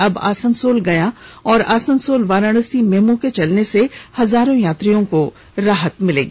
अब आसनसोल गया और आसनसोल वाराणसी मेमू के चलने से हजारों यात्रियों को राहत मिल जाएगी